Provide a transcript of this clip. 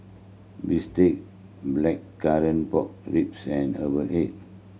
bistake Blackcurrant Pork Ribs and herbal egg